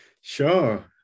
Sure